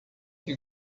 que